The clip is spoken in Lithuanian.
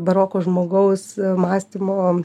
baroko žmogaus mąstymo